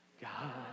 God